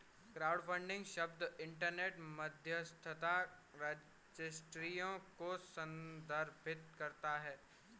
crowdfunding शब्द internet मध्यस्थता रजिस्ट्रियों को संदर्भित करता है